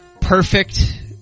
perfect